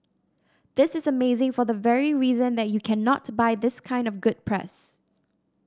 this is amazing for the very reason that you cannot buy this kind of good press